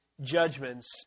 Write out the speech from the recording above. judgments